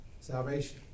salvation